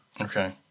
Okay